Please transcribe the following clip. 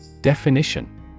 Definition